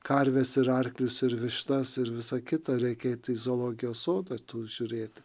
karves ir arklius ir vištas ir visa kita reikia eit į zoologijos sodą tų žiūrėti